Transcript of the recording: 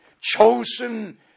Chosen